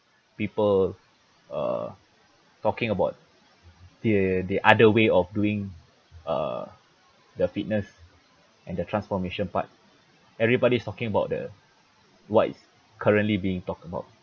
people uh talking about the the other way of doing uh the fitness and the transformation part everybody's talking about the why currently being talked about